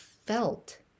felt